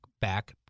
back